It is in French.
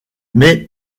mais